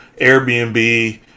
Airbnb